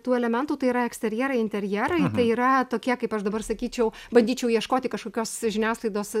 tų elementų tai yra eksterjerai interjerai tai yra tokie kaip aš dabar sakyčiau bandyčiau ieškoti kažkokios žiniasklaidos